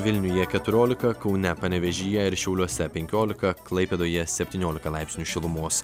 vilniuje keturiolika kaune panevėžyje ir šiauliuose penkiolika klaipėdoje septyniolika laipsnių šilumos